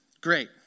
great